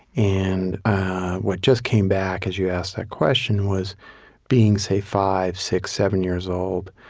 and what just came back, as you asked that question, was being, say, five, six, seven years old